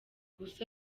gusa